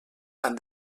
han